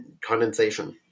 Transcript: condensation